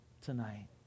tonight